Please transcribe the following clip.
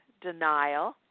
denial